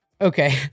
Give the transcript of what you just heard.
okay